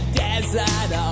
desert